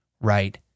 right